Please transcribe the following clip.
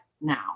now